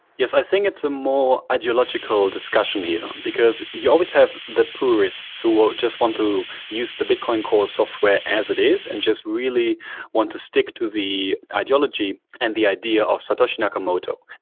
yes, i think it's a more ideological discussion here, because you always have the purists who will just want to use the bitcoin core software as it is and just really want to stick to the ideology and the idea of satoshi nakamoto,